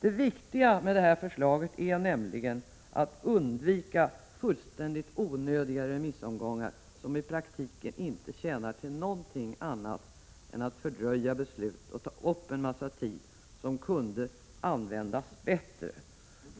Det viktiga med det här förslaget är nämligen att undvika fullständigt onödiga remissomgångar, som i praktiken inte tjänar till något annat än att fördröja beslut och ta upp en massa tid som kunde användas bättre.